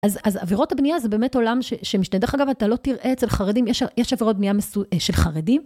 אז עבירות הבנייה זה באמת עולם שמשתדע לך, אגב, אתה לא תראה אצל חרדים, יש עבירות בנייה של חרדים?